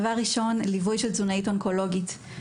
דבר ראשון, ליווי של תזונאית אונקולוגית.